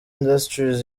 industries